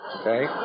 Okay